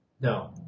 No